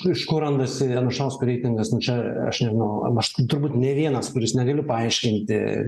iš ko randasi anušausko reitingas čia aš nežinau aš turbūt ne vienas kuris negaliu paaiškinti